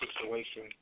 situation